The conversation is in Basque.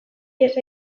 ihes